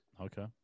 Okay